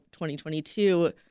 2022